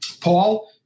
Paul